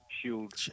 shield